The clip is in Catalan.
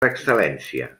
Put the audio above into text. excel·lència